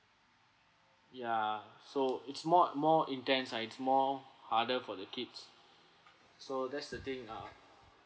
ya so it's more more intense ah it's more harder for the kids so that's the thing ah